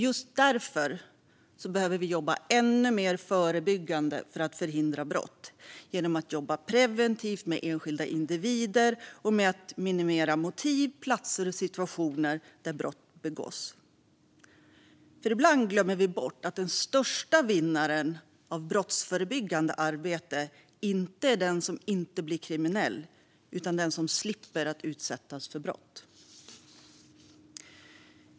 Just därför behöver vi jobba ännu mer förebyggande för att förhindra brott genom att jobba preventivt med enskilda individer och med att minimera motiv, liksom de platser och situationer där brott begås. Ibland glömmer vi bort att den största vinnaren på brottsförebyggande arbete inte är den som inte blir kriminell utan den som slipper utsättas för brott.